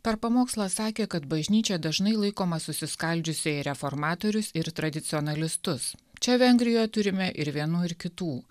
per pamokslą sakė kad bažnyčia dažnai laikoma susiskaldžiusia į reformatorius ir tradicionalistus čia vengrijoj turime ir vienų ir kitų